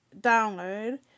download